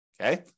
Okay